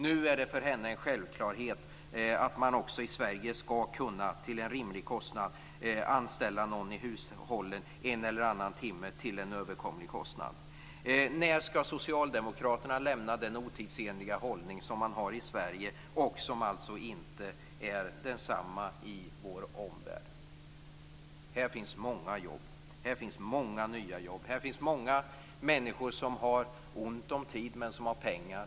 Nu är det för henne en självklarhet att man också i Sverige skall kunna till en rimlig kostnad anställa någon i hushållet en eller annan timme till en överkomlig kostnad. När skall socialdemokraterna lämna den otidsenliga hållning som de har i Sverige och som inte är densamma som den i vår omvärld? Här finns många nya jobb. Det finns många människor som har ont om tid men som har pengar.